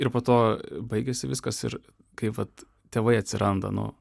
ir po to baigėsi viskas ir kai vat tėvai atsiranda nu